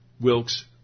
Wilkes